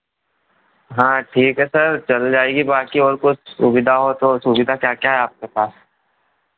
हाँ ठीक है सर चल जाएगी बाँकी और कुछ सुविधा हो तो सुविधा क्या क्या है आपके पास